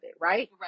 Right